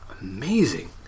amazing